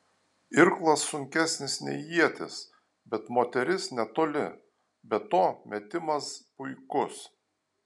irklas sunkesnis nei ietis bet moteris netoli be to metimas puikus